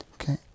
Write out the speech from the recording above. Okay